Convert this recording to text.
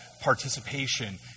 participation